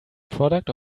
product